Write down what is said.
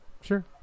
Sure